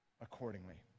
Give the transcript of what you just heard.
accordingly